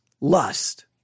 Lust